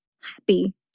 happy